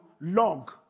log